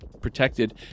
protected